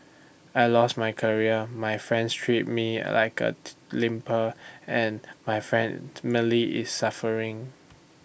I lost my career my friends treat me like A leper and my is suffering